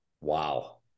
Wow